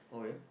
oh ya